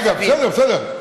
בסדר, בסדר.